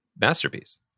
masterpiece